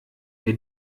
wer